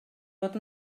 fod